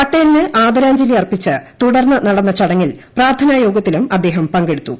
പട്ടേലിന് ആദരാഞ്ജലി അർപ്പിച്ച് തുടർന്ന നടന്ന പ്രാർത്ഥനായോഗത്തിലും അദ്ദേഹം പങ്കെടുത്തു